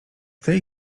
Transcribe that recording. tej